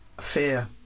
fear